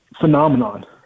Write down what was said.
phenomenon